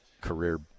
career